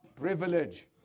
privilege